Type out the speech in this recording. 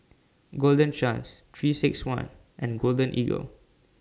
Golden Chance three six one and Golden Eagle